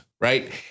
right